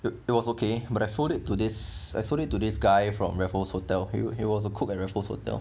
it it was okay but I sold it to this I sold it to this guy from raffles hotel who he was a cook at raffles hotel